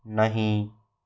नहीं